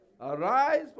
Arise